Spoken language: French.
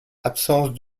absence